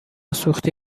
سوختی